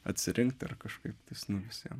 atsirinkti ar kažkaip tais nu visiem